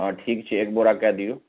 हँ ठीक छै एक बोरा कै दिऔ